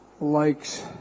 likes